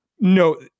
No